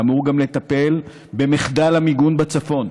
שאמור גם לטפל במחדל המיגון בצפון,